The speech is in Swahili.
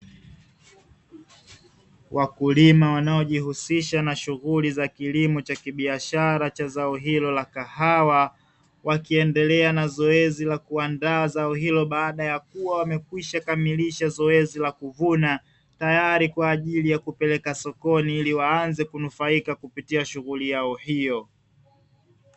Wakulima wanaojihusisha na shughuli za kilimo cha kibiashara cha zao hilo la kahawa, wakiendelea na zoezi la kuandaa zao hilo baada ya kuwa wamekwisha kamilisha zoezi la kuvuna, tayari kwa ajili ya kupeleka sokoni ili waanze kunufaika kupitia shughuli yao hiyo.